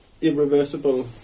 irreversible